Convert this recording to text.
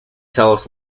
tells